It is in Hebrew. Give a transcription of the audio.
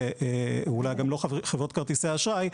ואולי גם לא חברות כרטיסי האשראי,